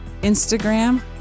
Instagram